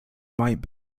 might